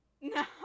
No